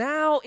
Now